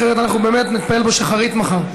אחרת אנחנו באמת נתפלל פה שחרית מחר.